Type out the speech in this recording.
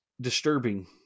disturbing